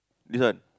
this one